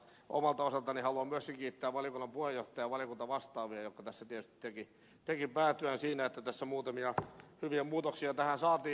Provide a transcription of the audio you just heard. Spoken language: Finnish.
omalta osaltani haluan myöskin kiittää valiokunnan puheenjohtajaa ja valiokuntavastaavia jotka tietysti tekivät päätyön siinä että muutamia hyviä muutoksia tähän saatiin